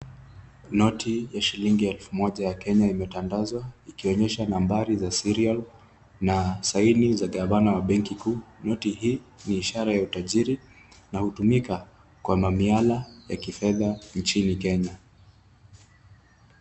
Noti ya shillingi elfu moja ya Kenya imetandazwa ikionyesha nambari za serial na saini za ngabana wa benki kuu. Noti hii ni ishara ya utajiri na hutumika kwa mamiala ya kifedha nchini Kenya.